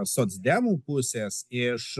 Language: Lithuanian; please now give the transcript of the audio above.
socdemų pusės iš